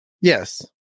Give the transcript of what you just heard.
Yes